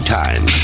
time